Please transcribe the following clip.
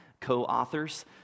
co-authors